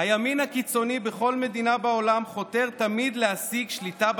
הימין הקיצוני בכל מדינה בעולם חותר תמיד להשיג שליטה בצבא.